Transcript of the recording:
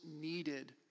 needed